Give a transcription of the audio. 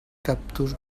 cactus